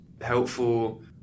helpful